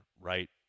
right